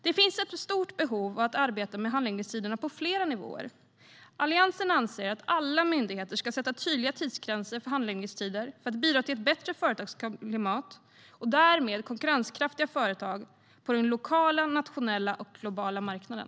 Det finns ett stort behov av att arbeta med handläggningstiderna på flera nivåer. Alliansen anser att alla myndigheter ska sätta tydliga tidsgränser för handläggningstider för att bidra till ett bättre företagsklimat och därmed konkurrenskraftiga företag på den lokala, nationella och globala marknaden.